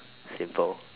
simple